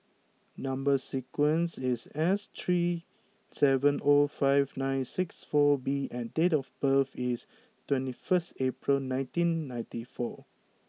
number sequence is S three seven zero five nine six four B and date of birth is twenty one April nineteen ninety four